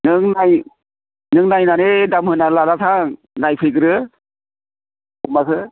नों नाय नों नायनानै दाम होनानै लाना थां नायफैग्रो अमाखौ